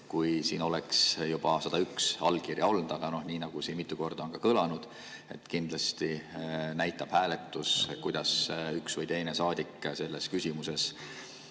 kui siin oleks juba 101 allkirja olnud. Aga nii, nagu siin mitu korda on kõlanud, kindlasti näitab hääletus, kuidas üks või teine saadik selles küsimuses